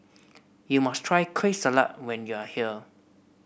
you must try Kueh Salat when you are here